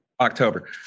October